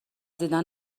دیدن